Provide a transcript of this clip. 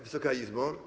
Wysoka Izbo!